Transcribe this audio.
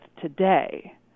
today